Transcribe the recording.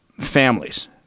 families